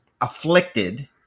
afflicted